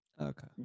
Okay